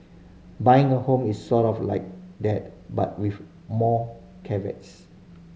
buying a home is sort of like that but with more caveats